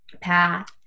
path